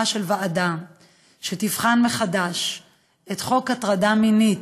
ועדה שתבחן מחדש את חוק ההטרדה המינית,